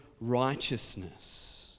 righteousness